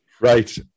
Right